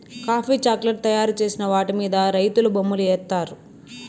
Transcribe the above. coffee chocolate తయారు చేసిన వాటి మీద రైతులు బొమ్మలు ఏత్తారు